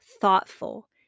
thoughtful